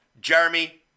Jeremy